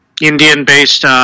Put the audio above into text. Indian-based